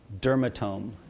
dermatome